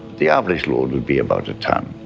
the average load would be about a ton.